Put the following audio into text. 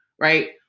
Right